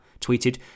tweeted